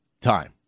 time